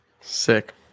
Sick